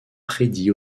prédit